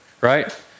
right